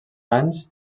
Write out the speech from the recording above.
anys